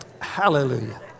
Hallelujah